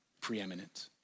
preeminent